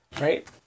Right